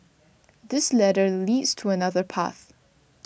this ladder leads to another path